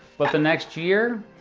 but the next year?